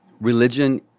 religion